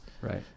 Right